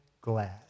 glad